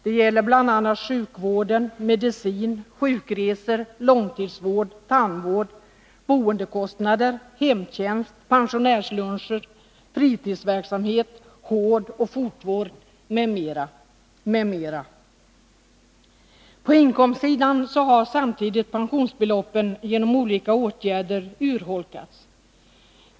Det gäller sjukvården, medicin, sjukresor, långtidsvård, tandvård, boendekostnader, hemtjänst, pensionärsluncher, fritidsverksamhet, håroch fotvård m.m. På inkomstsidan har samtidigt pensionsbeloppen genom olika åtgärder urholkats.